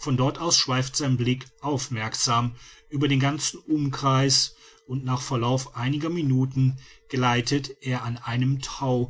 von dort aus schweift sein blick aufmerksam über den ganzen umkreis und nach verlauf einiger minuten gleitet er an einem taue